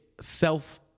self